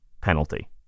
penalty